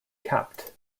capped